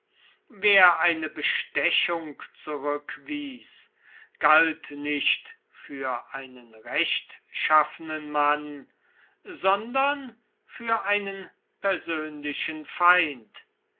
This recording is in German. wer eine bestechung zurückwies galt nicht für einen rechtschaffenen mann sondern für einen persönlichen feind